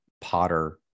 Potter